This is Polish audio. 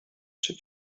się